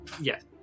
Yes